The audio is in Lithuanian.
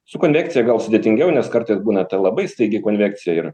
su konvekcija gal sudėtingiau nes kartais būna ta labai staigi konvekcija ir